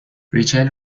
ریچل